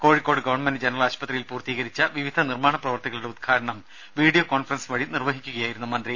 Kozhikode government general ആശുപത്രിയിൽ പൂർത്തീകരിച്ച വിവിധ നിർമ്മാണ പ്രവർത്തികളുടെ ഉദ്ഘാടനം വീഡിയോ കോൺഫ്രൻസ് വഴി നിർവഹിച്ച് സംസാരിക്കുകയായിരുന്നു മന്ത്രി